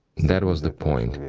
that was the point.